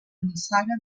nissaga